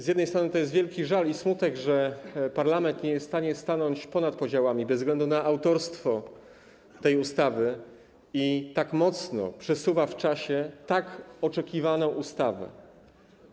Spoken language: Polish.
Z jednej strony to jest wielki żal i smutek, że parlament nie jest w stanie stanąć ponad podziałami bez względu na autorstwo tej ustawy i tak mocno przesuwa w czasie tak oczekiwane przepisy.